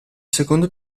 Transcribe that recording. secondo